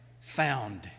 found